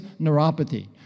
neuropathy